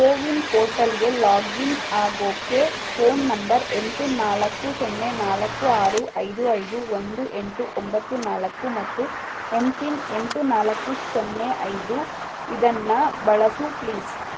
ಕೋವಿನ್ ಪೋರ್ಟಲ್ಗೆ ಲಾಗಿನ್ ಆಗೋಕೆ phone number ಎಂಟು ನಾಲ್ಕು ಸೊನ್ನೆ ನಾಲ್ಕು ಆರು ಐದು ಐದು ಒಂದು ಎಂಟು ಒಂಬತ್ತು ನಾಲ್ಕು ಮತ್ತು ಎಂ ಪಿನ್ ಎಂಟು ನಾಲ್ಕು ಸೊನ್ನೆ ಐದು ಇದನ್ನು ಬಳಸು ಪ್ಲೀಸ್